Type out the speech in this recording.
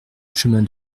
chemin